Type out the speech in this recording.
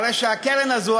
הרי הקרן הזאת,